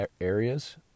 areas